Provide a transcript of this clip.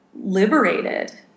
liberated